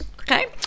Okay